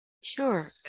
Sure